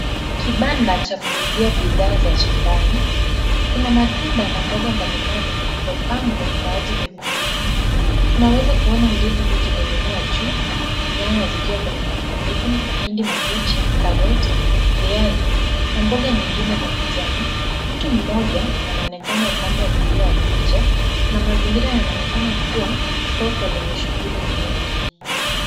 Kibanda cha kuuzia bidhaa za shambani. Kuna matunda na mboga mbalimbali zilizopangwa kwa ajili ya kuuza. Tunaeza kuona ndizi zikining'inia juu, nyanya zikiwa kwenye masanduku, mahindi mabichi, karoti, viazi na mboga nyingine za majani. Mtu mmoja anaonekana upande wa kulia wa picha na mazingira yanaonekana kuwa soko lenye shughuli nyingi.